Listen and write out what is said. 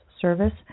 service